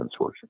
Consortium